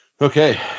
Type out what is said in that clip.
Okay